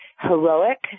heroic